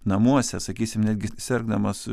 namuose sakysim netgi sirgdamas